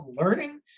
learning